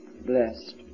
blessed